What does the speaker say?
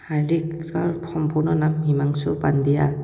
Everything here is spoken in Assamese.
হাৰ্দিকৰ সম্পূৰ্ণ নাম হিমাংশু পাণ্ডেয়া